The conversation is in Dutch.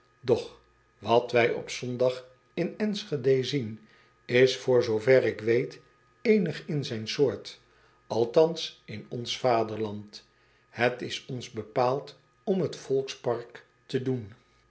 och wat wij op ondag in nschede zien is voor zoover ik weet eenig in zijn soort althans in ons vaderland et is ons bepaald om h e